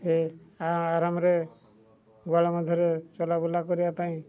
ଏ ଆରାମରେ ଗୁହାଳ ମଧ୍ୟରେ ଚଲାବୁଲା କରିବା ପାଇଁ